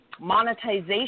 monetization